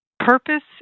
Purpose